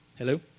Hello